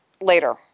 later